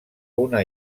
una